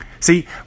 See